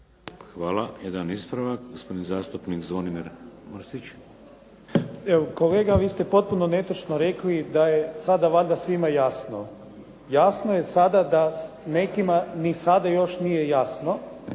Hvala. Jedan ispravak, gospodin zastupnik Zvonimir Mršić. **Mršić, Zvonimir (SDP)** Kolega, vi ste potpuno netočno rekli da je sada valjda svima jasno. Jasno je sada da nekima ni sada još nije jasno